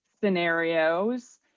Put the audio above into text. scenarios